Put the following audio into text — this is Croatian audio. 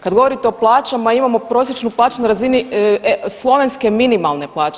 Kad govorite o plaćama imamo prosječnu plaću na razini slovenske minimalne plaće.